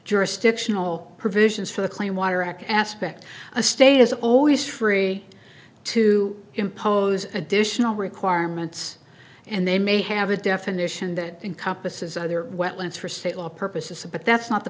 jurisdictional provisions for the clean water act aspect a state is always free to impose additional requirements and they may have a definition that encompasses other wetlands for state law purposes a but that's not the